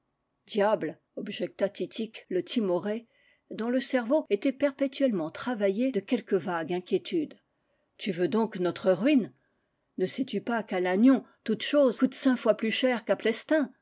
objecta titik le timoré dont le cerveau était perpétuellement travaillé de quelque vague inquiétude tu veux donc notre ruine ne sais-tu pas qu'à lannion toutes choses coûtent cinq fois plus cher